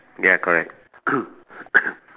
ya correct